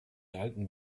alten